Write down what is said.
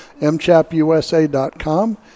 mchapusa.com